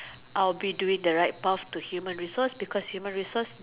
I'll be doing to right path to human resource because human resource is